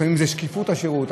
לפעמים זה שקיפות השירות,